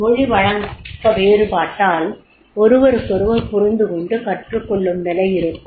மொழி வழக்க வேறுபாட்டால் ஒருவருக்கொருவர் புரிந்து கொண்டு கற்றுக்கொள்ளும் நிலை இருக்கும்